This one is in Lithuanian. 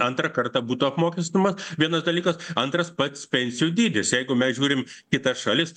antrą kartą būtų apmokestinamos vienas dalykas antras pats pensijų dydis jeigu mes žiūrim kitas šalis